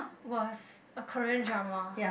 was a Korean drama